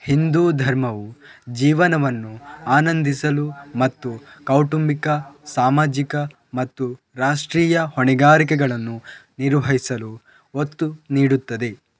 ಹಿಂದೂ ಧರ್ಮವು ಜೀವನವನ್ನು ಆನಂದಿಸಲು ಮತ್ತು ಕೌಟುಂಬಿಕ ಸಾಮಾಜಿಕ ಮತ್ತು ರಾಷ್ಟ್ರೀಯ ಹೊಣೆಗಾರಿಕೆಗಳನ್ನು ನಿರ್ವಹಿಸಲು ಒತ್ತು ನೀಡುತ್ತದೆ